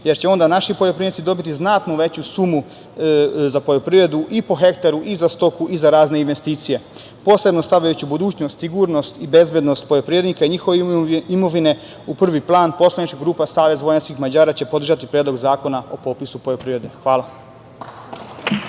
jer će onda naši poljoprivrednici dobiti znatno veću sumu za poljoprivredu i po hektaru i za stoku i za razne investicije. Posebno stavljajući budućnost, sigurnost i bezbednost poljoprivrednika i njihove imovine u prvi plan, poslanička grupa Savez vojvođanskih Mađara će podržati Predlog zakona o popisu poljoprivrede. Hvala.